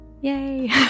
Yay